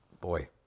boy